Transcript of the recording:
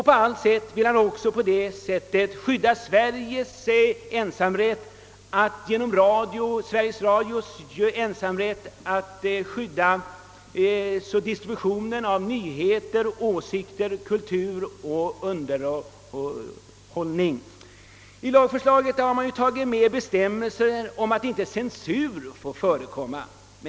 På allt sätt vill han också skydda Sveriges radios ensamrätt till distribution av nyheter, åsikter, kultur och underhållning. I lagförslaget har medtagits bestämmelser om att censur inte får förekomma.